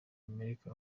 amerika